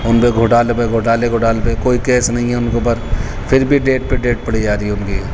ان پہ گھوٹالے پہ گھوٹالے گھوٹالے پہ کوئی کیس نہیں ہے ان کے اوپر پھر بھی ڈیٹ پہ ڈیٹ پڑی جا رہی ہے ان کی